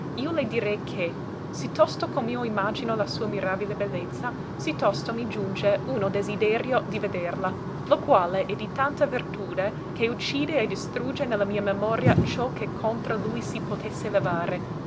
io le direi che sì tosto com'io imagino la sua mirabile bellezza sì tosto mi giugne uno desiderio di vederla lo quale è di tanta vertude che uccide e distrugge ne la mia memoria ciò che contra lui si potesse levare